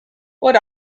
what